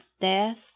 death